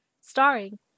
Starring